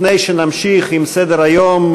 לפני שנמשיך בסדר-היום,